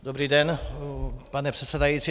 Dobrý den, pane předsedající.